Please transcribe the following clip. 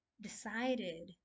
decided